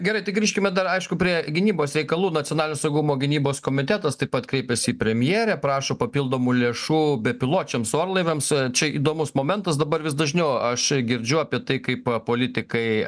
gerai tai grįžkime dar aišku prie gynybos reikalų nacionalinio saugumo gynybos komitetas taip pat kreipėsi į premjerę prašo papildomų lėšų bepiločiams orlaiviams čia įdomus momentas dabar vis dažniau aš girdžiu apie tai kaip politikai